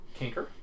Kinker